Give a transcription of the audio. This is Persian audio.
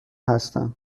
هستم